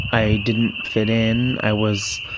i didn't fit in. i was,